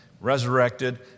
resurrected